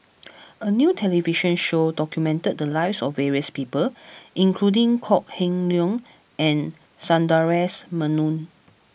a new television show documented the lives of various people including Kok Heng Leun and Sundaresh Menon